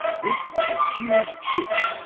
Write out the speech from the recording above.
this was a huge shift,